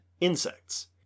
insects